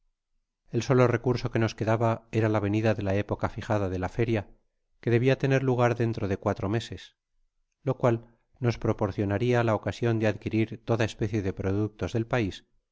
el solo fe curso que nos quedaba era la venida de la época lijada de la feria que debia tener lugar dentro de cuatro meses lo cual nos proporcionaría la ocasiou de adquirir toda especie de productos del pais